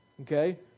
Okay